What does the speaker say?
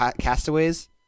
Castaways